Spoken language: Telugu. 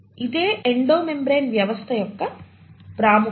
ఇదే ఎండో మెమ్బ్రేన్ వ్యవస్థ యొక్క ప్రాముఖ్యత